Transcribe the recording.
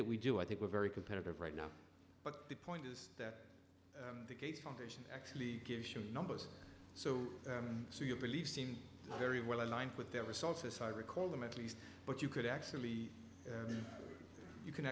that we do i think we're very competitive right now but the point is that the gates foundation actually gives you numbers so so you believe seem very well aligned with their results as i recall them at least but you could actually you can